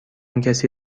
کسی